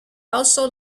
also